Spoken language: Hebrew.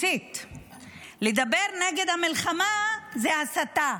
לדבר נגד המלחמה זו הסתה.